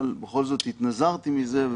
אבל בכל זאת התנזרתי מזה,